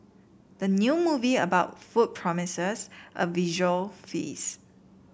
the new movie about food promises a visual feast